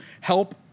help